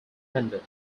handed